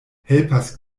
helpas